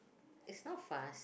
it's not fast